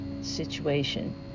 situation